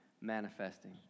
manifesting